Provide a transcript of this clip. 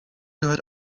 gehört